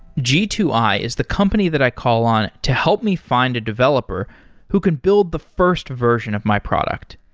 g two i is the company that i call on to help me find a developer who can build the first version of my product.